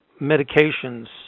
medications